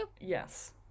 Yes